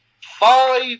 five